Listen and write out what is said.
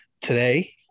today